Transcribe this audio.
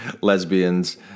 lesbians